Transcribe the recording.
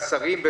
כל מיני חסרים.